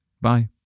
Bye